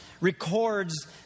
records